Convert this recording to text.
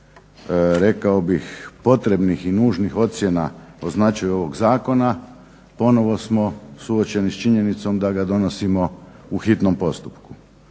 rekao bih potrebnih i nužnih ocjena o značaju ovog zakona ponovno smo suočeni s činjenicom da ga donosimo u hitnom postupku.